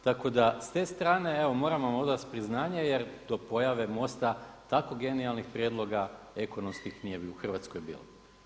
Tako da evo s te strane evo moramo vam odat priznaje jer do pojave MOST-a tako genijalnih prijedloga ekonomskih nije u Hrvatskoj bilo.